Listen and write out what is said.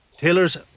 Taylor's